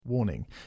Warning